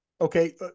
okay